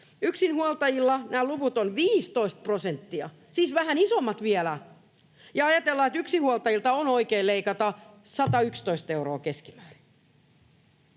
Yksinhuoltajilla tämä luku on 15 prosenttia, siis vähän isompi vielä. Ja ajatellaan, että yksinhuoltajilta on oikein leikata 111 euroa keskimäärin.